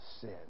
sin